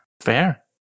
Fair